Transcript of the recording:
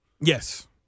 Yes